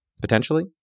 potentially